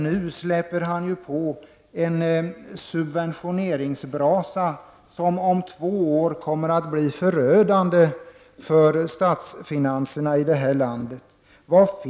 Nu släpper han fram en subventioneringsbrasa som kommer att bli förödande för statsfinanserna i detta land om två år.